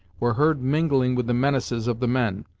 were heard mingling with the menaces of the men,